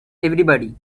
everybody